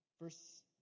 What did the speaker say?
Verse